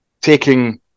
taking